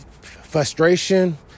frustration